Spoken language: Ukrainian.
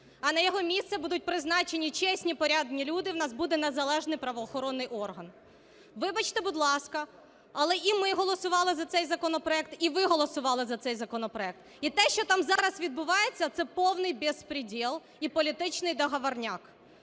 а на його місце будуть призначені чесні, порядні люди, в нас буде незалежний правоохоронний орган. Вибачте, будь ласка, але і ми голосували за цей законопроект, і ви голосували за цей законопроект. І те, що там зараз відбувається – це повний беспредел і політичний договорняк.